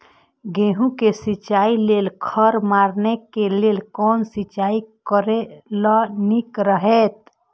गेहूँ के सिंचाई लेल खर मारे के लेल कोन सिंचाई करे ल नीक रहैत?